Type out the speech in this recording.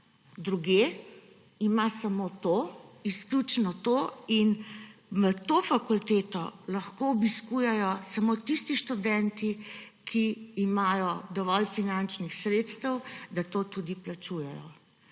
nima. Ima samo to, izključno to, in to fakulteto lahko obiskujejo samo tisti študenti, ki imajo dovolj finančnih sredstev, da to tudi plačujejo.